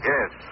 Yes